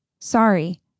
Sorry